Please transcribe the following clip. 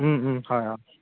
হয় অঁ